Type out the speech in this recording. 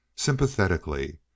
sympathetically